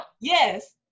Yes